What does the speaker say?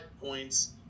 points